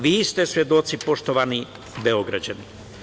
Vi ste svedoci, poštovani Beograđani.